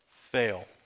fail